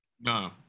no